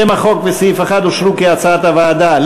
שם החוק וסעיף 1 אושרו כהצעת הוועדה.